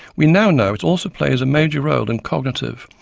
we now know it also plays a major role in cognitive,